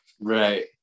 Right